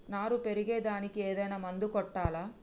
నారు పెరిగే దానికి ఏదైనా మందు కొట్టాలా?